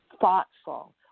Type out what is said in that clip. thoughtful